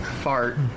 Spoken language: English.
fart